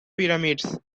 pyramids